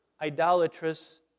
idolatrous